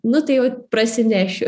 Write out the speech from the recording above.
nu tai jau prasinešiu